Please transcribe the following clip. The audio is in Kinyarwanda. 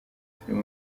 filime